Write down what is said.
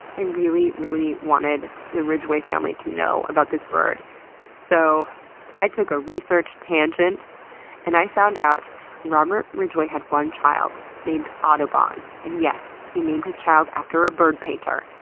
i really, really wanted the ridgway family to know about this bird so i took a research tangent and i found out that robert ridgway had one child named audubon. and yes, he named his child after a bird painter.